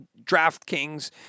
DraftKings